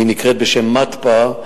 היא נקראת בשם מתפ"ה,